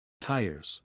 Tires